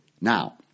Now